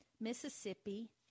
Mississippi